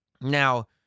Now